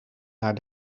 naar